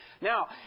Now